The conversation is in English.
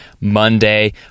Monday